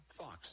Fox